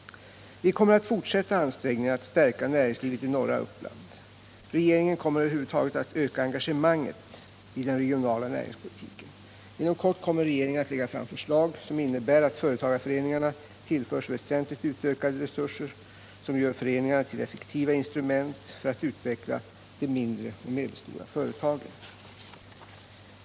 Vi kommer att fortsätta ansträngningarna att stärka näringslivet i 75 norra Uppland. Regeringen kommer över huvud taget att öka engagemanget i den regionala näringspolitiken. Inom kort kommer regeringen att lägga fram förslag som innebär att företagarföreningarna tillförs väsentligt utökade resurser som gör föreningarna till effektiva instrument för att utveckla de mindre och medelstora företagen.